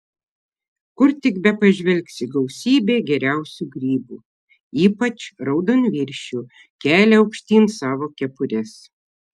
kur tik bepažvelgsi gausybė geriausių grybų ypač raudonviršių kelia aukštyn savo kepures